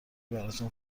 براتون